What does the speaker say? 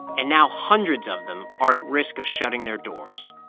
and now hundreds of them are at risk of shutting their doors